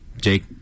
Jake